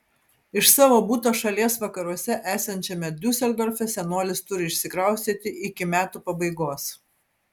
iš savo buto šalies vakaruose esančiame diuseldorfe senolis turi išsikraustyti iki metų pabaigos